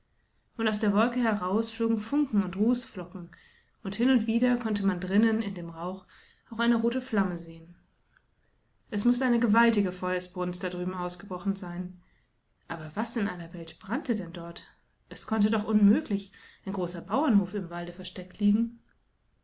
und aus der wolke heraus flogen funken und rußflocken und hin und wieder konnte man drinnen in dem rauch auch eine rote flamme sehen es mußte eine gewaltige feuersbrunst da drüben ausgebrochen sein aber was in aller welt brannte denn dort es konnte doch unmöglich ein großerbauerhofimwaldeverstecktliegen aber es